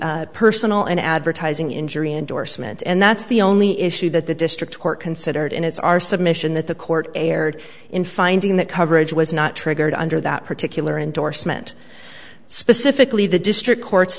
the personal and advertising injury endorsement and that's the only issue that the district court considered and it's our submission that the court erred in finding that coverage was not triggered under that particular endorsement specifically the district court's